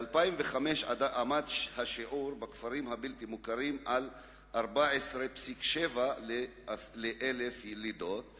בשנת 2005 עמד השיעור בכפרים הבלתי-מוכרים על 14.7 לידות לכל 1,000,